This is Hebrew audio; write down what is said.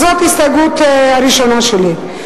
אז זאת ההסתייגות הראשונה שלי.